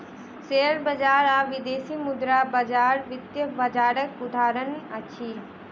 share बजार आ विदेशी मुद्रा बजार वित्तीय बजारक उदाहरण अछि